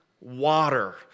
water